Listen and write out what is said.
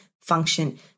function